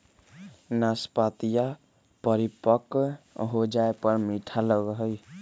नाशपतीया परिपक्व हो जाये पर मीठा लगा हई